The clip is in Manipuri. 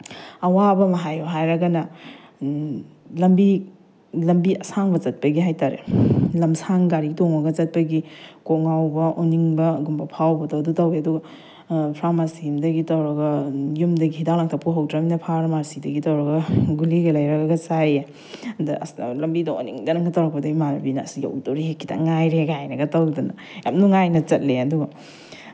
ꯑꯋꯥꯕ ꯑꯃ ꯍꯥꯏꯌꯣ ꯍꯥꯏꯔꯒꯅ ꯂꯝꯕꯤ ꯂꯝꯕꯤ ꯑꯁꯥꯡꯕ ꯆꯠꯄꯒꯤ ꯍꯥꯏꯇꯥꯔꯦ ꯂꯝꯁꯥꯡ ꯒꯥꯔꯤ ꯇꯣꯡꯉꯒ ꯆꯠꯄꯒꯤ ꯀꯣꯛ ꯉꯥꯎꯕ ꯑꯣꯅꯤꯡꯕꯒꯨꯝꯕ ꯐꯥꯎꯕꯗꯣ ꯑꯗꯨ ꯇꯧꯋꯦ ꯑꯗꯨꯒ ꯐꯥꯔꯃꯥꯁꯤ ꯑꯝꯗꯒꯤ ꯇꯧꯔꯒ ꯌꯨꯝꯗꯒꯤ ꯍꯤꯗꯥꯛ ꯂꯥꯡꯊꯛ ꯄꯨꯍꯧꯗ꯭ꯔꯃꯤꯅ ꯐꯥꯔꯃꯥꯁꯤꯗꯒꯤ ꯇꯧꯔꯒ ꯒꯨꯂꯤꯒ ꯂꯩꯔꯒ ꯆꯥꯏꯌꯦ ꯑꯗ ꯑꯁ ꯂꯝꯕꯤꯗ ꯑꯣꯅꯤꯡꯗꯅꯒ ꯇꯧꯔꯛꯄꯗꯒꯤ ꯏꯃꯥꯟꯅꯕꯤꯅ ꯑꯁ ꯌꯧꯗꯣꯔꯦꯍꯦ ꯈꯤꯇꯪ ꯉꯥꯏꯔꯦ ꯀꯥꯏꯅꯒ ꯇꯧꯗꯅ ꯌꯥꯝ ꯅꯨꯡꯉꯥꯏꯅ ꯆꯠꯂꯦ ꯑꯗꯨꯒ